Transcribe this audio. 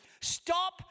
Stop